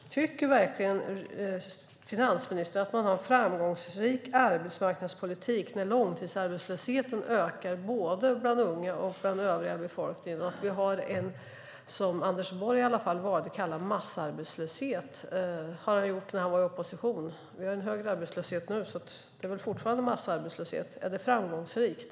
Tycker verkligen finansministern att man har en framgångsrik arbetsmarknadspolitik när långtidsarbetslösheten ökar både bland unga och bland den övriga befolkningen och att vi har en, som Anders Borg i alla fall valde att kalla det när han var i opposition, massarbetslöshet? Vi har en högre arbetslöshet nu, så det råder väl fortfarande massarbetslöshet. Är det framgångsrikt?